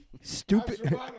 Stupid